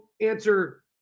answer